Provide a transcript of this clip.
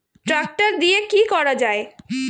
Tractor দিয়ে কি করা যায়?